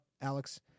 Alex